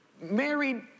married